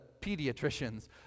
pediatricians